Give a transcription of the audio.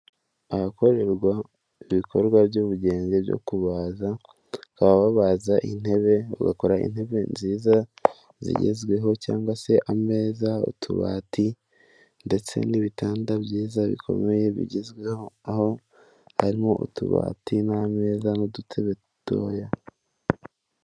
Ahakorerwa ibikorwa by'ubugenjye byo kubaza, bakaba babaza intebe, bagakora intebe nziza zigezweho, cyangwa se ameza, utubati, ndetse n'ibitanda byiza bikomeye bigezweho, aho harimo utubati n'amezaza n'udutebe dutoya.